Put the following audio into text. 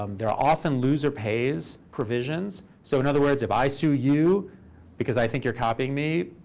um there are often loser-pays provisions. so in other words, if i sue you because i think you're copying me,